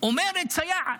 אומרת סייעת,